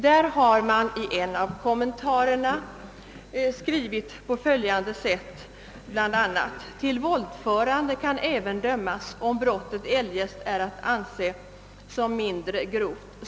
Därvidlag har man i en av kommentarerna skrivit på följande sätt: »Till våldförande kan även dömas, om brottet eljest är att anse som mindre grovt.